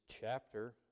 chapter